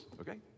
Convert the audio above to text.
okay